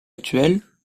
actuelle